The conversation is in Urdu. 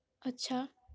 اچھا